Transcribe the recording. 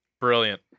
Brilliant